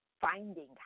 finding